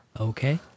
Okay